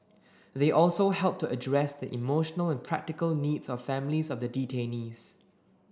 they also helped to address the emotional and practical needs of families of the detainees